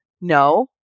no